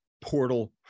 portal